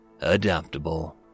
adaptable